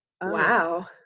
Wow